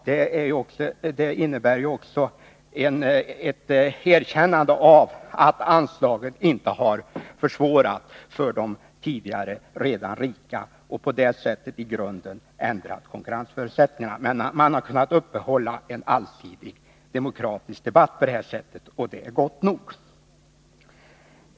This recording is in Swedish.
Det innebär ju också ett erkännande av att anslaget inte har försvårat för de tidigare redan rika och på det sättet i grunden ändrat konkurrensförutsättningarna. Men man har kunnat upprätthålla en allsidig demokratisk debatt på det här sättet, och det är gott nog.